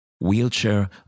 wheelchair